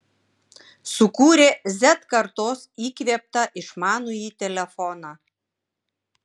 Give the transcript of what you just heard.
sukūrė z kartos įkvėptą išmanųjį telefoną